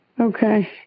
Okay